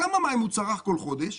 כמה מים הוא צרך כל חודש?